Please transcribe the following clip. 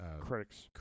Critics